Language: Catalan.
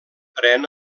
pren